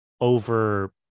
over